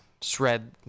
shred